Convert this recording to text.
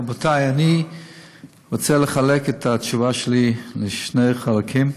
רבותי, אני רוצה לחלק את התשובה שלי לשני חלקים: